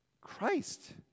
Christ